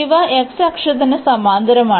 ഇവ x അക്ഷത്തിന് സമാന്തരമാണ്